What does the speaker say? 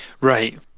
Right